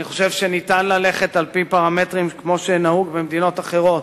אני חושב שניתן ללכת על-פי פרמטרים כמו שנהוג במדינות אחרות,